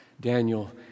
Daniel